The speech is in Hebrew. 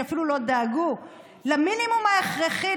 שאפילו לא דאגו למינימום ההכרחי,